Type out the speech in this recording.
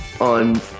on